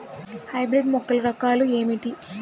Hybrid మొక్కల రకాలు ఏమిటీ?